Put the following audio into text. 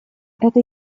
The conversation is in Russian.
это